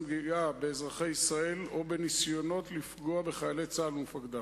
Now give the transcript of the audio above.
פגיעה באזרחי ישראל או בניסיונות לפגוע בחיילי צה"ל ומפקדיו.